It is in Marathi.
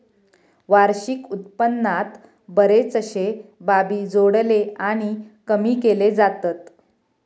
वार्षिक उत्पन्नात बरेचशे बाबी जोडले आणि कमी केले जातत